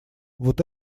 вот